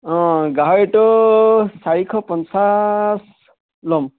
অঁ গাহৰিটো চাৰিশ পঞ্চাছ ল'ম